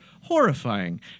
horrifying